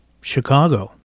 Chicago